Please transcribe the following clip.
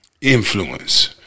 Influence